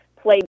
play